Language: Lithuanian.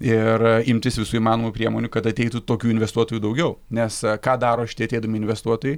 ir imtis visų įmanomų priemonių kad ateitų tokių investuotojų daugiau nes ką daro šitie ateidami investuotojai